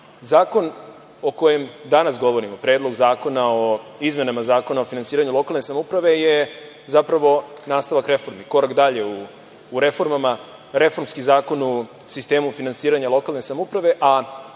plan. Zakon o kojem danas govorimo, Predlog zakona o izmenama Zakona o finansiranju lokalne samouprave je zapravo nastavak reformi, korak dalje u reformama. Reformski zakon u sistemu finansiranja lokalne samouprave, a